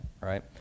right